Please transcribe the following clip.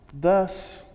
thus